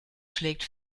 schlägt